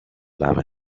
love